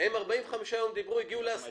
הם דיברו במשך 45 יום והגיעו להסכמות.